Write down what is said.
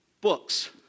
Books